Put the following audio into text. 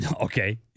Okay